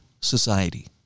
society